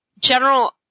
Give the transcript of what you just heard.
general